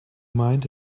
mind